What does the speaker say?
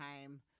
time